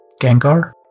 Gengar